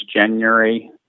January